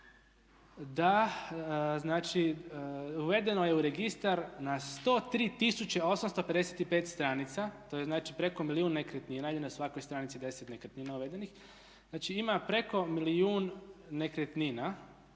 da znači uvedeno je u registar na 103855 stranica to je znači preko milijun nekretnina ili na svakoj stranici 10 nekretnina uvedenih. Znači ima preko milijuna nekretnina